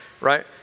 right